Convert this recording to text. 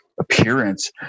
appearance